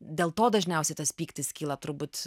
dėl to dažniausiai tas pyktis kyla turbūt